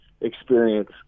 experience